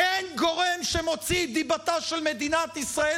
אין גורם שמוציא את דיבתה של מדינת ישראל